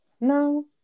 no